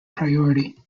priority